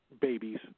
babies